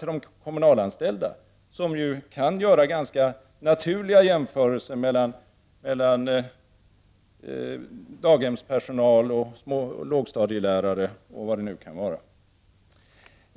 de kommunalanställda kan göra ganska naturliga jämförelser mellan daghemspersonal och lågstadielärare och vad det nu kan vara.